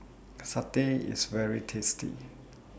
Satay IS very tasty